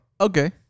okay